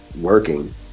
working